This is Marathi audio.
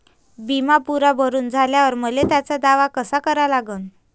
बिमा पुरा भरून झाल्यावर मले त्याचा दावा कसा करा लागन?